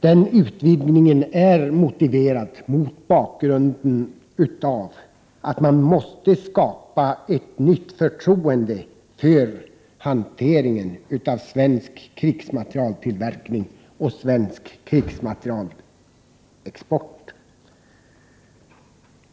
Den utvidgningen är motiverad mot bakgrund av att man måste skapa ett nytt förtroende för hanteringen av svensk krigsmaterieltillverkning och svensk krigsmaterielexport.